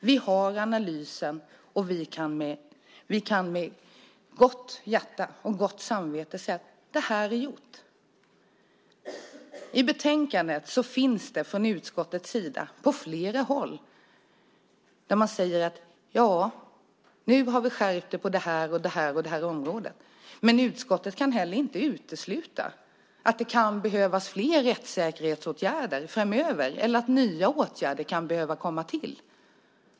Vi har analysen, och vi kan med gott hjärta och med gott samvete säga att detta är gjort. I betänkandet sägs det på flera ställen från utskottets sida att man har gjort skärpningar på flera områden. Men utskottet kan inte heller utesluta att det kan behövas fler rättssäkerhetsåtgärder framöver eller att nya åtgärder kan behöva vidtas.